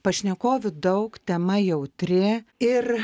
pašnekovių daug tema jautri ir